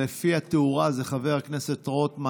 לפי התאורה, זה חבר הכנסת רוטמן